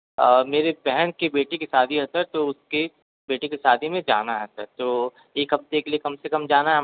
मेरी बहन की बेटी की शादी है सर तो उसके बेटी की शादी में जाना है सर तो एक हफ्ते के लिए कम से कम जाना है हम लोग को